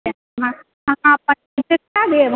अहाँ अपन एड्रेस पठा देब